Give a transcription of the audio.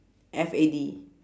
F A D